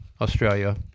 Australia